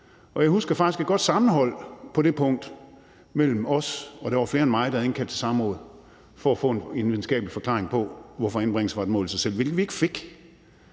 jeg husker faktisk et godt sammenhold på det punkt mellem os, for der var flere end mig, der havde indkaldt til samråd for at få en videnskabelig forklaring på, hvorfor anbringelse var et mål i sig selv, hvilket vi ikke fik.